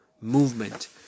movement